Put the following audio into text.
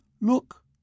Look